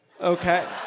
Okay